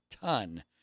ton